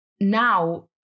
Now